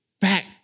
back